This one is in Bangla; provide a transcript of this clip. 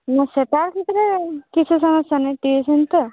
হুম সেটা কিছু সমস্যা নেই টিউশন তো